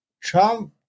Trump